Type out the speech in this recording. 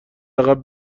عقب